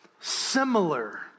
similar